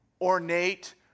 ornate